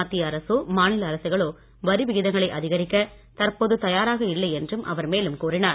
மத்திய அரசோ மாநில அரசுகளோ வரி விகிதங்களை அதிகரிக்க தற்போது தயாராக இல்லை என்றும் அவர் மேலும் கூறினார்